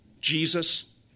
Jesus